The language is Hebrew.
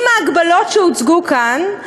עם ההגבלות שהוצגו כאן,